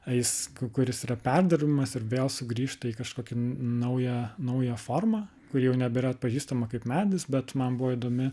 ais k kuris yra perdirbamas ir vėl sugrįžta į kažkokią naują naują formą kuri jau nebėra atpažįstama kaip medis bet man buvo įdomi